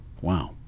Wow